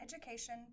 education